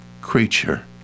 creature